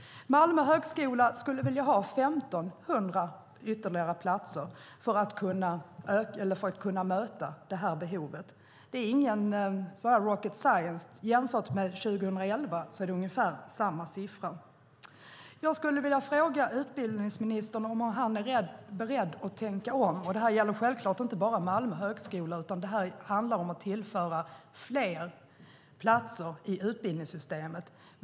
Malmö högskola vill ha 1 500 ytterligare platser för att möta behovet. Det är inte rocket science. Det är ungefär samma siffra som 2011. Är utbildningsministern beredd att tänka om? Det här gäller självklart inte bara Malmö högskola, utan här handlar det om att tillföra fler platser i utbildningssystemet.